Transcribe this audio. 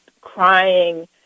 crying